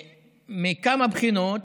מכמה בחינות,